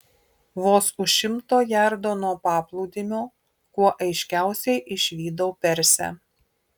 vos už šimto jardo nuo paplūdimio kuo aiškiausiai išvydau persę